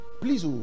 Please